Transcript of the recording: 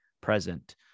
present